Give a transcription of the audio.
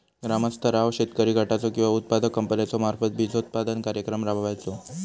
ग्रामस्तरावर शेतकरी गटाचो किंवा उत्पादक कंपन्याचो मार्फत बिजोत्पादन कार्यक्रम राबायचो?